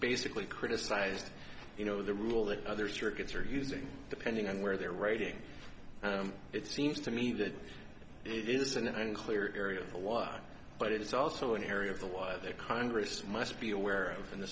basically criticized you know the rule that other circuits are using depending on where they're writing it seems to me that it is an unclear area of the law but it's also an area of the why that congress must be aware of in the